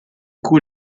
cui